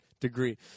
degree